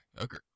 Okay